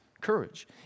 courage